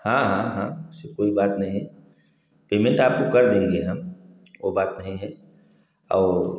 हाँ हाँ हाँ उससे कोई बात नहीं पेमेंट आपको कर देंगे हम ओ बात नहीं है और